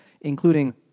including